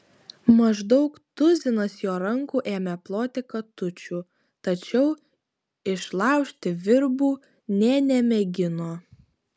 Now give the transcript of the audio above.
maždaug tuzinas jo rankų ėmė ploti katučių tačiau išlaužti virbų nė nemėgino